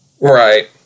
Right